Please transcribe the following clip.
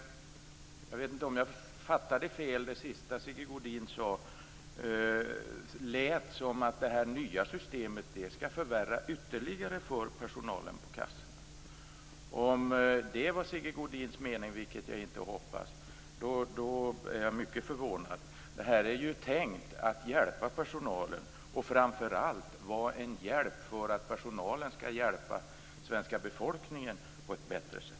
Jag vet inte om jag uppfattade det sista Sigge Godin sade fel, men det lät som att det nya systemet kommer ytterligare att förvärra för personalen på kassorna. Om det var Sigge Godins mening, vilket jag hoppas att det inte var, är jag mycket förvånad. Det här är tänkt att hjälpa personalen och framför allt vara en hjälp för att personalen skall kunna hjälpa den svenska befolkningen på ett bättre sätt.